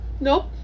Nope